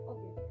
Okay